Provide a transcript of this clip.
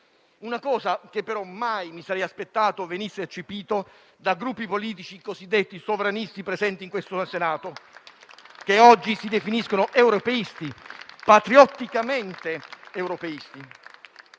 qualcosa che però mai mi sarei aspettato venisse eccepito da Gruppi politici cosiddetti sovranisti presenti in questo Senato, che oggi si definiscono europeisti, patriotticamente europei.